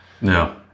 No